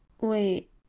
wait